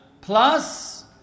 plus